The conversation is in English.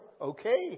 okay